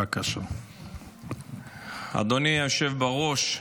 אדוני היושב-בראש,